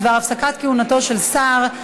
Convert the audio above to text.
בדבר הפסקת כהונתו של שר.